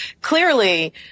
clearly